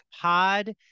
Pod